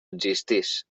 existís